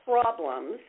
problems